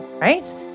right